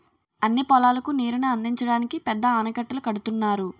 అన్ని పొలాలకు నీరుని అందించడానికి పెద్ద ఆనకట్టలు కడుతున్నారు